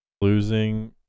losing